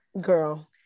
Girl